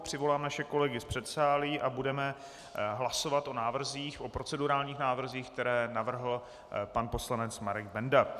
Přivolám naše kolegy z předsálí a budeme hlasovat o návrzích, o procedurálních návrzích, které navrhl pan poslanec Marek Benda.